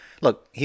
look